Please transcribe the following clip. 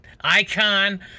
icon